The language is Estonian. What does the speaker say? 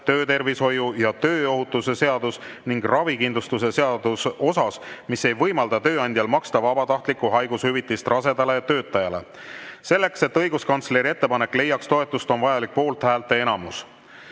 töötervishoiu ja tööohutuse seadus ning ravikindlustuse seadus osas, mis ei võimalda tööandjal maksta vabatahtlikku haigushüvitist rasedale töötajale. Selleks, et õiguskantsleri ettepanek leiaks toetust, on vajalik poolthäälte enamus.